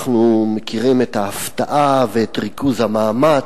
אנחנו מכירים את ההפתעה ואת ריכוז המאמץ,